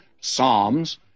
psalms